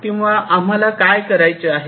किंवा आम्हाला काय करायचे आहे